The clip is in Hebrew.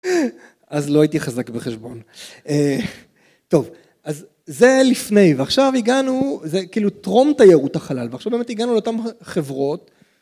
אז לא הייתי חזק בחשבון. טוב, אז זה לפני, ועכשיו הגענו, זה כאילו טרום תיירות החלל ועכשיו באמת הגענו לאותן חברות.